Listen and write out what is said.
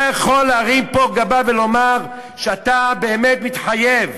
אתה יכול לומר שאתה באמת מתחייב